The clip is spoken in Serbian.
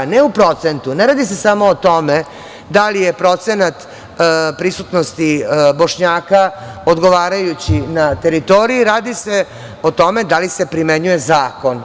Ne u procentu, ne radi se samo o tome da li je procenat prisutnosti Bošnjaka odgovarajući na teritoriji, radi se o tome da li se primenjuje zakon.